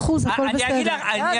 זה בסדר.